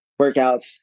workouts